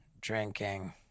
drinking